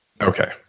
Okay